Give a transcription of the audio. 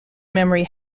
memory